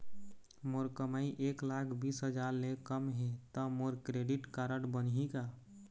मोर कमाई एक लाख बीस हजार ले कम हे त मोर क्रेडिट कारड बनही का?